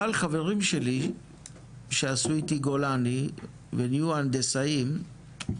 אבל חברים שלי שעשו איתי גולני ונהיו הנדסאים,